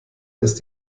ist